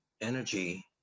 energy